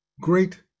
great